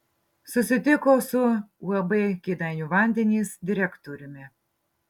susitiko su uab kėdainių vandenys direktoriumi